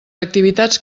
activitats